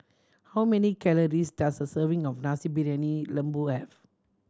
how many calories does a serving of Nasi Briyani Lembu have